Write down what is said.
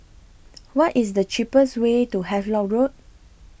What IS The cheapest Way to Havelock Road